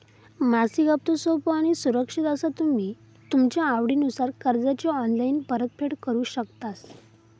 मासिक हप्तो सोपो आणि सुरक्षित असा तुम्ही तुमच्या आवडीनुसार कर्जाची ऑनलाईन परतफेड करु शकतास